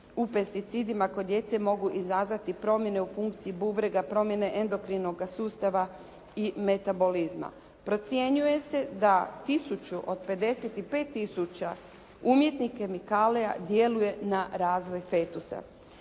u pesticidima kod djece mogu izazvati promjene u funkciji bubrega, promjene endokrinoga sustava i metabolizma. Procjenjuje se da tisuću od 55 tisuća umjetnih kemikalija djeluje na razvoj fetusa.